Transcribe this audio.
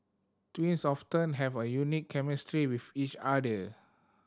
twins often have a unique chemistry with each other